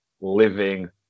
living